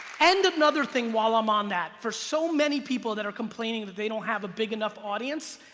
and another thing, while i'm on that. for so many people that are complaining that they don't have a big enough audience,